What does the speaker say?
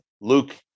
Luke